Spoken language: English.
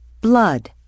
Blood